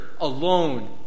alone